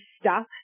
stop